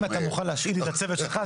אם אתה מוכן להשאיל לי את הצוות שלך,